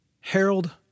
Harold